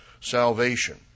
salvation